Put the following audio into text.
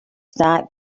that